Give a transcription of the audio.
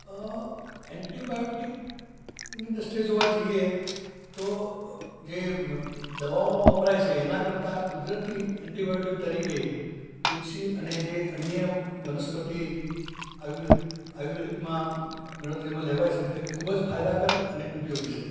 અ એન્ટિબાયોટિકની દૃષ્ટિએ જોવા જઈએ તો જે દવાઓમાં વપરાય છે એના કરતાં કુદરતી એન્ટિબાયોટિક તરીકે તુલસી અને જે અન્ય વનસ્પતિ આયુર્વેદિ આયુર્વેદિકમાં ગણતરીમાં લેવાય છે તે ખૂબ જ ફાયદાકારક અને ઉપયોગી છે